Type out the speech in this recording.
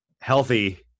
healthy